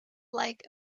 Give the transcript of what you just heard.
like